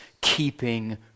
keeping